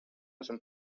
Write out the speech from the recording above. esam